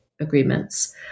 agreements